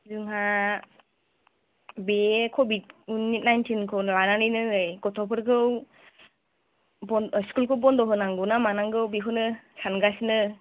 जोंहा बे कभिद नाइनटिनखौ लानानैनो नै गथ'फोरखौ बन्द' स्कुलखौ बन्द' होनांगौ ना मानांगौ बेखौनो सानगासिनो